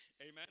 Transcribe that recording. Amen